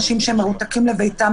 אנשים מבוגרים שמרותקים לביתם,